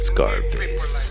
Scarface